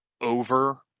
over –